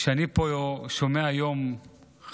כשאני שומע פה היום חברים,